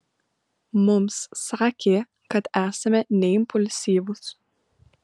mums sakė kad esame neimpulsyvūs